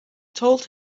told